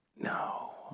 No